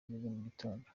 gitondo